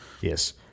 yes